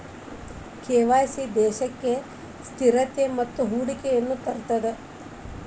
KYC ದೇಶಕ್ಕ ಸ್ಥಿರತೆ ಮತ್ತ ಹೂಡಿಕೆಯನ್ನ ತರ್ತದ